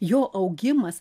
jo augimas